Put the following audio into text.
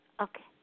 okay